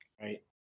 right